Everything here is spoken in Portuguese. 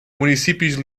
municípios